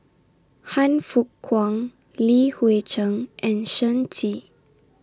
Han Fook Kwang Li Hui Cheng and Shen Xi